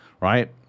Right